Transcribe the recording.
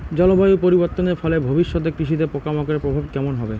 জলবায়ু পরিবর্তনের ফলে ভবিষ্যতে কৃষিতে পোকামাকড়ের প্রভাব কেমন হবে?